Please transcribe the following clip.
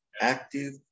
active